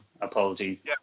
Apologies